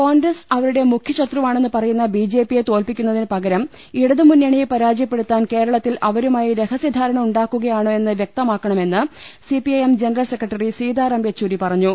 കോൺഗ്രസ് അവരുടെ മുഖ്യശത്രുവാണെന്ന് പറയുന്ന ബിജെ പിയെ തോൽപ്പിക്കുന്നതിനു പകരം ഇടതുമുന്നണിയെ പരാജയപ്പെ ടുത്താൻ കേരളത്തിൽ അവരുമായി രഹസ്യ ധാരണ ഉണ്ടാക്കുക യാണോ എന്ന് വ്യക്തമാക്കണമെന്ന് CPIM general secretary Sitaram Yechury പറഞ്ഞു